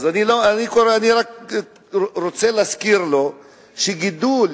אז אני רק רוצה להזכיר לו שגידול,